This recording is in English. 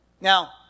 Now